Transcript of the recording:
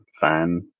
fan